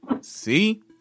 see